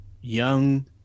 Young